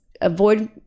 avoid